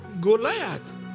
Goliath